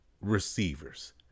receivers